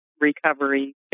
recovery